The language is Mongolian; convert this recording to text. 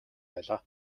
байлаа